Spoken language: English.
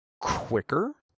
quicker